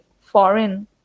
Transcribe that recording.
foreign